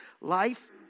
Life